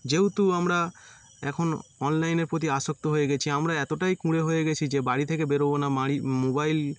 যেহেতু আমরা এখনও অনলাইনের প্রতি আসক্ত হয়ে গেছি আমরা এতটাই কুঁড়ে হয়ে গেছি যে বাড়ি থেকে বেরবো না মারি মোবাইল